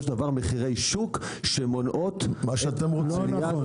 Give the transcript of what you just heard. של דבר מחירי שוק שמונעים --- לא נכון,